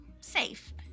safe